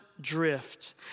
drift